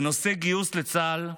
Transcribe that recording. בנושא גיוס לצה"ל,